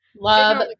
love